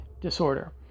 disorder